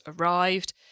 arrived